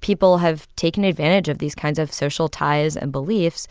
people have taken advantage of these kinds of social ties and beliefs